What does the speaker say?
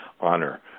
honor